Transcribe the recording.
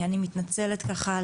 אני מתנצלת על